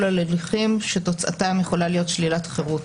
על הליכים שתוצאתם יכולה להיות שלילת חירות.